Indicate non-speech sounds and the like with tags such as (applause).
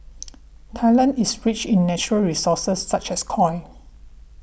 (noise) Thailand is rich in natural resources such as coal